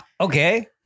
Okay